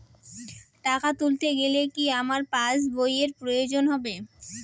টাকা তুলতে গেলে কি আমার পাশ বইয়ের প্রয়োজন হবে?